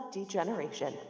Degeneration